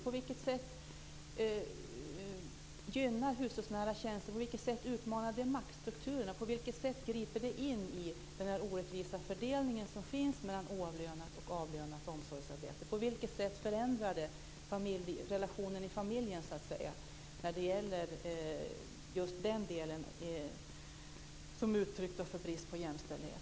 På vilket sätt utmanar hushållsnära tjänster maktstrukturerna? På vilket sätt griper de in i den orättvisa fördelning som finns mellan oavlönat och avlönat omsorgsarbete? På vilket sätt förändrar de relationen i familjen när det gäller just den del som är uttryck för brist på jämställdhet?